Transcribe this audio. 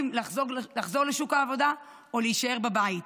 אם לחזור לשוק העבודה או להישאר בבית,